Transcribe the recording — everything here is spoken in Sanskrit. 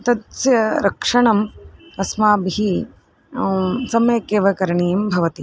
तस्य रक्षणम् अस्माभिः सम्यक् एव करणीयं भवति